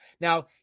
Now